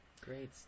Great